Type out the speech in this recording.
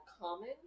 common